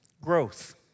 growth